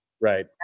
Right